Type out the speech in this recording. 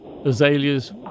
Azaleas